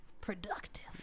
productive